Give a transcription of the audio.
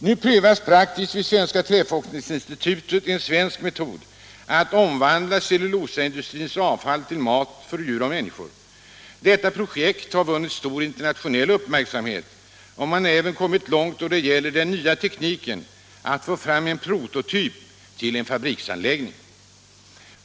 Nu prövas praktiskt vid Svenska träforskningsinstitutet en svensk metod att omvandla cellulosaindustrins avfall till mat för djur och människor. Detta projekt har vunnit stor internationell uppmärksamhet. Man har även kommit långt då det gäller den nya tekniken att få fram en prototyp till en fabriksanläggning.